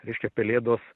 reiškia pelėdos